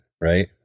right